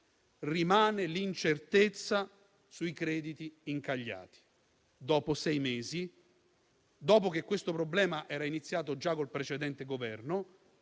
rimane l'incertezza sui crediti incagliati: dopo sei mesi, dopo che il problema si era posto già con il precedente Governo,